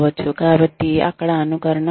కాబట్టి అక్కడ అనుకరణ ఉంది